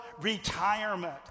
retirement